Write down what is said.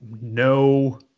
no